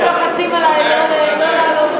כל הח"כים לוחצים עלי לא לעלות לדבר.